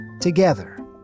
together